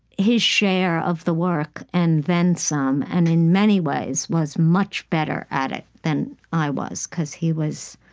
his share of the work and then some and, in many ways, was much better at it than i was because he was